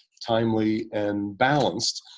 timely and balanced,